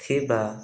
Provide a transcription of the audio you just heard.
ଥିବା